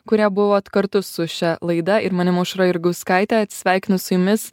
kurie buvot kartu su šia laida ir manim aušra jurgauskaite atsisveikinu su jumis